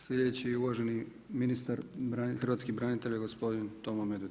Sljedeći je uvaženi ministar hrvatskih branitelja gospodin Tomo Medved.